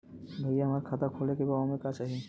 भईया हमार खाता खोले के बा ओमे का चाही?